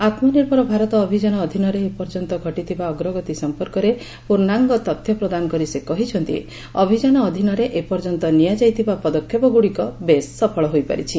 ଆତ୍କନିର୍ଭର ଭାରତ ଅଭିଯାନ ଅଧୀନରେ ଏପର୍ଯ୍ୟନ୍ତ ଘଟିଥିବା ଅଗ୍ରଗତି ସମ୍ପର୍କରେ ପ୍ରର୍ଣ୍ଣାଙ୍ଗ ତଥ୍ୟ ପ୍ରଦାନ କରି ସେ କହିଛନ୍ତି ଅଭିଯାନ ଅଧୀନରେ ଏପର୍ଯ୍ୟନ୍ତ ନିଆଯାଇଥିବା ପଦକ୍ଷେପଗୁଡିକ ବେଶ୍ ସଫଳ ହୋଇପାରିଛି